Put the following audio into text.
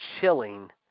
chilling